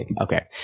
okay